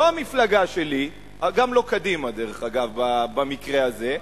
לא המפלגה שלי, גם לא קדימה, דרך אגב, במקרה הזה.